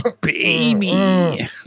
baby